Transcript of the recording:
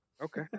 Okay